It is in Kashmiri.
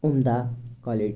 عُمدہ کوالِٹی ہنٛدۍ